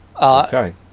Okay